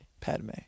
Padme